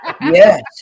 yes